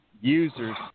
users